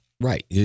Right